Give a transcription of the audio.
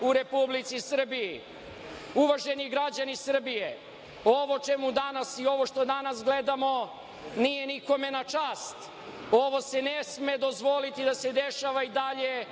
u Republici Srbiji. Uvaženi građani Srbije, ovo čemu danas i ovo što danas gledamo nije nikome na čast. Ovo se ne sme dozvoliti da se dešava i dalje